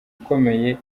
ukomeye